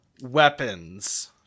Weapons